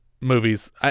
movies